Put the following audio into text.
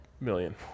Million